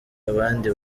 abandi